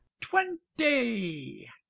twenty